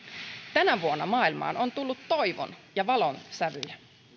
tänä vuonna maailmaan on tullut toivon ja valon sävyjä